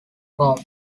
home